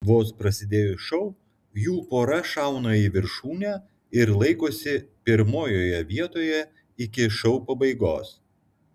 vos prasidėjus šou jų pora šauna į viršūnę ir laikosi pirmojoje vietoje iki šou pabaigos